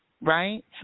right